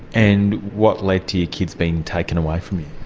and what led to your kids being taken away from you?